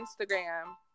Instagram